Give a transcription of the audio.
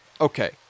okay